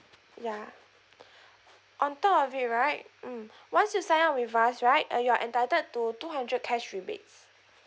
ya on top of it right mm once you sign up with us right uh you are entitled to two hundred cash rebates